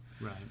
Right